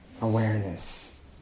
awareness